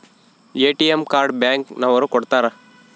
ATM card bank ನವರು ಕೊಡ್ತಾರ